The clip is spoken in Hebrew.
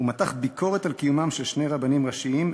הוא מתח ביקורת על קיומם של שני רבנים ראשיים,